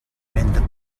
trenta